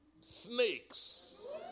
snakes